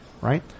right